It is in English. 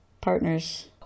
partners